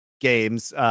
games